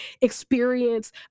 experience